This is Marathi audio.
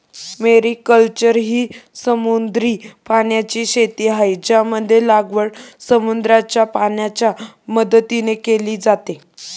मेरीकल्चर ही समुद्री पाण्याची शेती आहे, ज्यामध्ये लागवड समुद्राच्या पाण्याच्या मदतीने केली जाते